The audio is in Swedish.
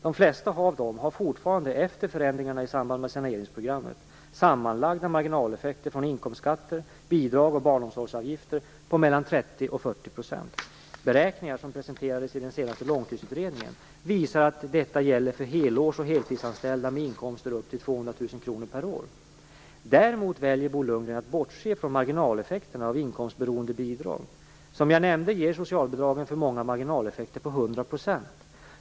De flesta av dem har fortfarande efter förändringarna i samband med saneringsprogrammet sammanlagda marginaleffekter från inkomstskatter, bidrag och barnomsorgsavgifter på 30-40 %. Beräkningar som presenterades i den senaste långtidsutredningen visar att detta gäller för helårs och heltidsanställda med inkomster på upp till 200 000 kr per år. Däremot väljer Bo Lundgren att bortse från marginaleffekterna av inkomstberoende bidrag. Som jag nämnde ger socialbidragen för många marginaleffekter på 100 %.